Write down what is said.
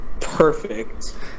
Perfect